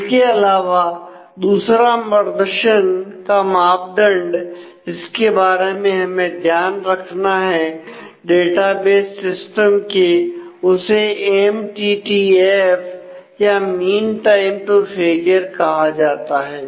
इसके अलावा दूसरा प्रदर्शन का मापदंड जिसके बारे में हमें ध्यान रखना है डेटाबेस सिस्टम के उसे एमटीटीएफ कहा जाता है